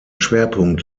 schwerpunkt